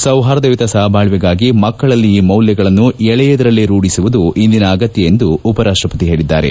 ಸೌಹಾರ್ಧಯುತ ಸಹಬಾಳ್ವೆಗಾಗಿ ಮಕ್ಕಳಲ್ಲಿ ಈ ಮೌಲ್ಯಗಳನ್ನು ಎಳೆಯದರಲ್ಲೇ ರೂಢಿಸುವುದು ಇಂದಿನ ಅಗತ್ಯ ಎಂದು ಉಪರಾಷ್ಟ ಪತಿ ಹೇಳಿದ್ದಾರೆ